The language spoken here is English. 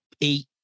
eight